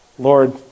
Lord